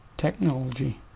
technology